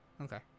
Okay